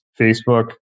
Facebook